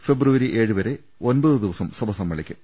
ഫെബ്രുവരി ഏഴുവരെ ഒൻപത് ദിവസം സഭ സമ്മേളിക്കും